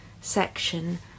section